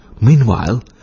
Meanwhile